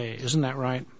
isn't that right